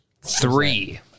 Three